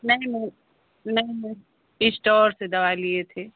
नहीं मैम नहीं ma'am store से दवाई लिए थे